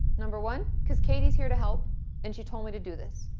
number one because kati s here to help and she told me to do this.